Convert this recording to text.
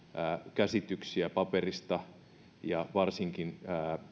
käsityksiä paperista ja varsinkin